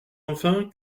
enfin